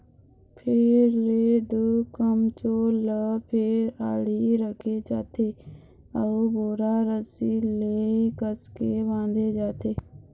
फेर ले दू कमचील ल फेर आड़ी रखे जाथे अउ बोरा रस्सी ले कसके बांधे जाथे